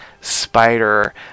spider